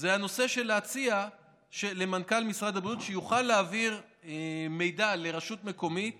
הוא להציע שמנכ"ל משרד הבריאות יוכל להעביר לרשות מקומית